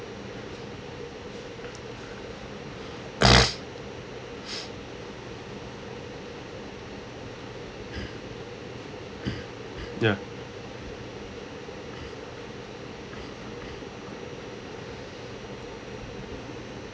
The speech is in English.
ya